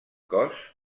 cos